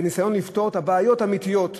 בניסיון לפתור את הבעיות האמיתיות שיש.